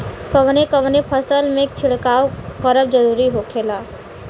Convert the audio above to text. कवने कवने फसल में छिड़काव करब जरूरी होखेला?